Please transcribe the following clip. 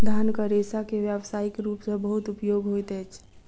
धानक रेशा के व्यावसायिक रूप सॅ बहुत उपयोग होइत अछि